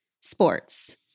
sports